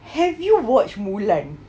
have you watch mulan